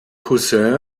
cousin